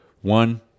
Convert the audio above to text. one